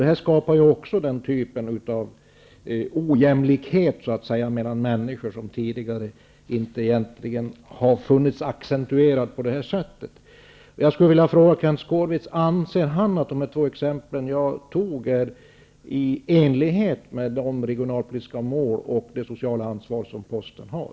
Det här skapar en typ av ojämlikhet mellan människor, som tidigare inte har varit accentuerad på det här sättet. Anser Kenth Skårvik att de två exemplen jag har tagit är i enlighet med de regionalpolitiska mål och det sociala ansvar som posten har?